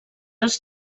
els